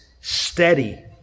Steady